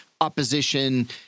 opposition